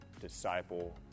disciple